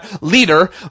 Leader